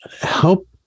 help